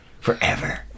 forever